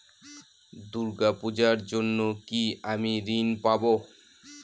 দূর্গা পূজার জন্য কি আমি ঋণ পাবো?